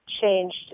changed